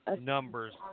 numbers